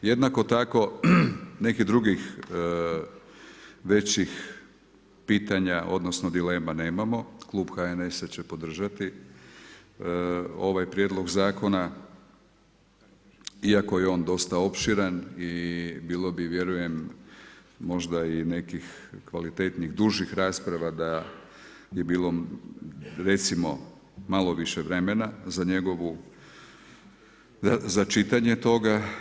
Jednako tako nekih drugih, većih pitanja, odnosno, dilema nemamo, Klub HNS-a će podržati ovaj prijedlog zakona, iako je on dosta opširan i bilo bi vjerujem, možda i nekih kvalitetnijih, dužih rasprava, da je bilo, recimo, malo više vremena, za njegovu, za čitanje toga.